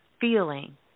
feeling